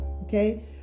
Okay